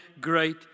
great